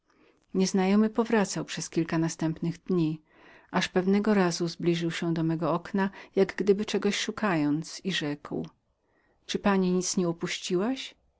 nieznajomy powracał następnych dni i pewnego razu zbliżył się do mego okna jak gdyby chciał czegoś szukać i rzekł czy pani nic nie upuściłaś